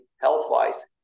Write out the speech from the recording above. health-wise